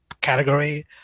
category